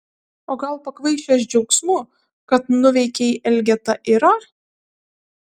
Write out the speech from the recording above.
o gal pakvaišęs džiaugsmu kad nuveikei elgetą irą